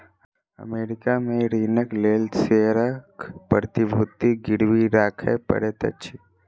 America में ऋणक लेल शेयरक प्रतिभूति गिरवी राखय पड़ैत अछि